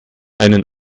einen